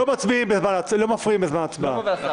לא מפריעים בזמן הצבעה.